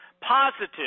positive